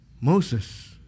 Moses